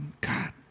God